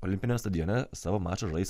olimpiniam stadione savo mačą žais